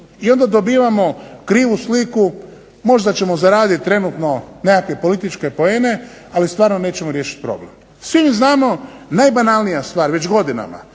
i onda dobivamo krivu sliku. Možda ćemo zaradit trenutno nekakve političke poene, ali stvarno nećemo riješiti problem. Svi znamo najbanalnija stvar već godinama,